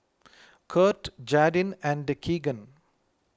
Kurt Jadyn and Keagan